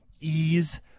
ease